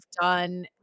done